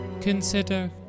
consider